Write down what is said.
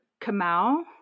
Kamau